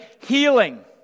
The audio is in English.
Healing